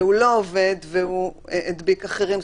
והוא לא עובד והוא הדביק אחרים.